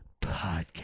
Podcast